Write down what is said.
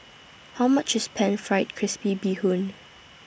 How much IS Pan Fried Crispy Bee Hoon